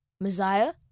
Messiah